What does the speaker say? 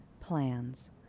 plans